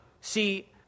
See